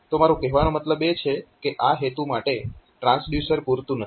તો મારો કહેવાનો મતલબ એ છે કે આ હેતુ માટે માત્ર ટ્રાન્સડ્યુસર પૂરતું નથી